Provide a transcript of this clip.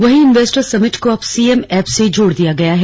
वहीं investors summit को अब सीएम एप से जोड़ दिया गया है